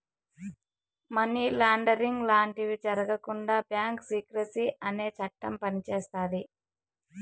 money laundering లాంటివి జరగకుండా bank secrecy అనే చట్టం పనిచేస్తాది